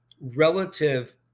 relative